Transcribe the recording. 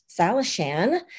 Salishan